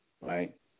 right